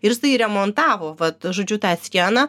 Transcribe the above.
ir jisai remontavo vat žodžiu tą sieną